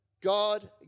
God